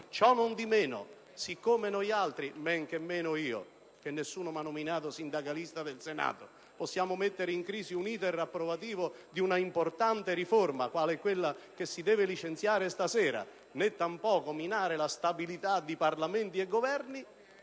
Ciò nondimeno, siccome noi altri - e men che meno io, perché nessuno mi ha nominato sindacalista del Senato - non possiamo mettere in crisi un *iter* approvativo di un'importante riforma quale quella che si deve licenziare stasera, nè tampoco minare la stabilità di Parlamenti e Governi,